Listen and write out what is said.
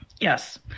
Yes